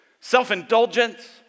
self-indulgence